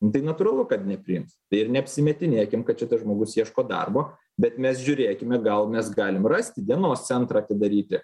nu tai natūralu kad nepriims ir neapsimetinėkim kad šitas žmogus ieško darbo bet mes žiūrėkime gal mes galim rasti dienos centrą atidaryti